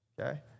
okay